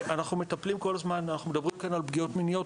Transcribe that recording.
אנחנו מדברים כאן על פגיעות מיניות.